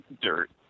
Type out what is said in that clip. dirt